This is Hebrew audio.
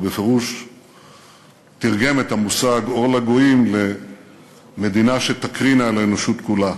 הוא בפירוש תרגם את המושג "אור לגויים" למדינה שתקרין על האנושות כולה.